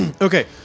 Okay